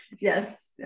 yes